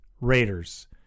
Raiders